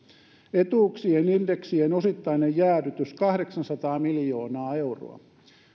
etuuksien indeksien osittainen jäädytys kahdeksansataa miljoonaa euroa